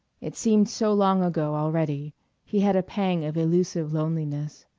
it seemed so long ago already he had a pang of illusive loneliness.